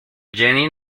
jenny